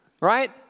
right